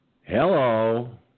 Hello